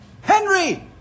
Henry